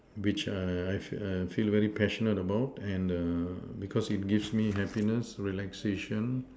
which I I feel very passionate about and because it gives me happiness relaxation